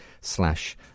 slash